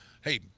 hey